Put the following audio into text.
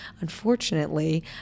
Unfortunately